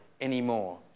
anymore